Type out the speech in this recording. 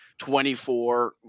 24